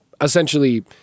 essentially